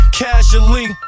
casually